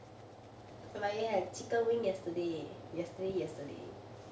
but you had chicken wing yesterday yesterday yesterday